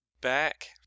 back